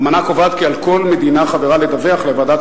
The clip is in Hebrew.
האמנה קובעת כי על כל מדינה חברה לדווח לוועדת